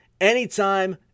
anytime